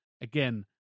again